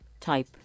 type